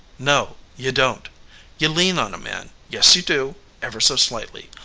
no, you don't you lean on a man yes, you do ever so slightly.